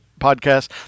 podcast